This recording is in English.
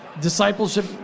discipleship